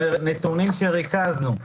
זה נתונים שריכזנו,